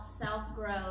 self-growth